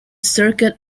circuit